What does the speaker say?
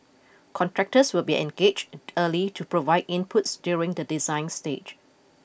contractors will be engaged early to provide inputs during the design stage